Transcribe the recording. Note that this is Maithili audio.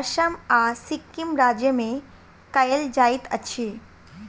असम आ सिक्किम राज्य में कयल जाइत अछि